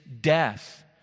death